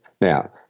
Now